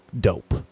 dope